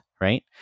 right